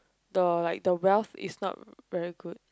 the like the wealth is not very good